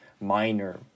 minor